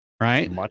right